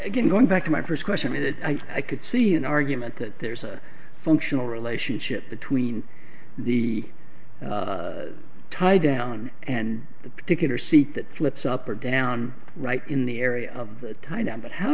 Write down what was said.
again going back to my first question is i could see an argument that there's a functional relationship between the tie down and the particular seat that flips up or down right in the area of that kind on but how